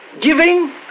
giving